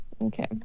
okay